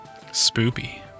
Spoopy